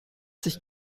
sich